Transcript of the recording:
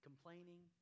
Complaining